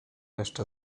jeszcze